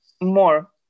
more